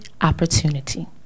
opportunity